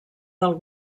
del